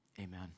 Amen